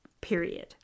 period